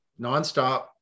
nonstop